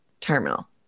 Terminal